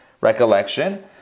recollection